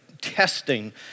testing